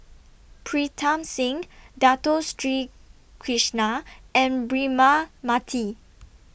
Pritam Singh Dato Sri Krishna and Braema Mathi